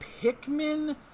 Pikmin